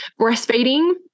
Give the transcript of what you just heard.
Breastfeeding